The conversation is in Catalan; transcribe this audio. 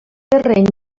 terreny